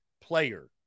player